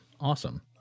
awesome